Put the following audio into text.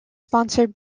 sponsored